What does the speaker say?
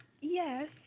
Yes